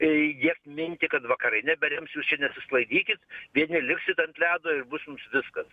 įdiegt mintį kad vakarai neberems jūs čia nesisklaidykit vieni liksit ant ledo ir bus viskas